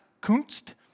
Kunst